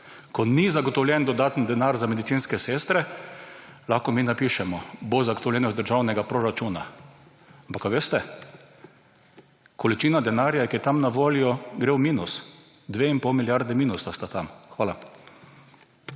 ki ni zagotovljen dodatni denar za medicinske sestre, lahko mi napišemo, bo zagotovljeno iz državnega proračuna, ampak, a veste, količina denarja, ki je tam na voljo, gre v minus. Dve in pol milijardi minusa sta tam. Hvala.